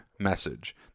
message